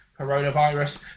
coronavirus